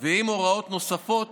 ועם הוראות נוספות